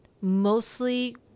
mostly